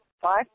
five